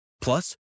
plus